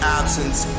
absence